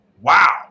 Wow